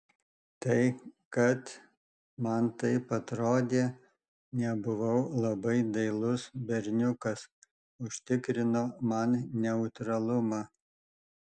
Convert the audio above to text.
tai kad man taip atrodė nebuvau labai dailus berniukas užtikrino man neutralumą